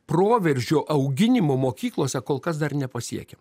proveržio auginimo mokyklose kol kas dar nepasiekėm